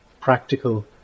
practical